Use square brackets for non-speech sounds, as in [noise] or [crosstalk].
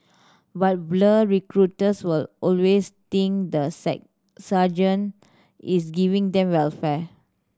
but blur recruits will always think the [unintelligible] sergeant is giving them welfare